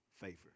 favor